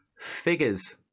figures